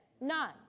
None